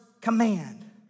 command